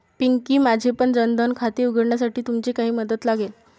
पिंकी, माझेपण जन धन खाते उघडण्यासाठी तुमची काही मदत लागेल